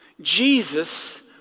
Jesus